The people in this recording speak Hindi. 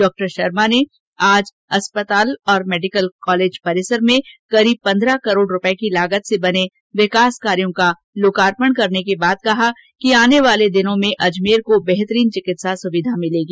डॉ शर्मा ने अस्पताल और मेडिकल कॉलेज में करीब पन्द्रह करोड रूपये की लागत से बने विकास कार्यो का लोकार्पण करने के बाद कहा कि आने वाले दिनों में अजमेर को बेहतरीन चिकित्सा सुविधा मिलेगी